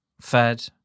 fed